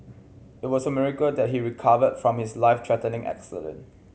it was a miracle that he recovered from his life threatening accident